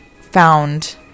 found